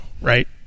right